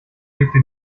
rete